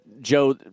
Joe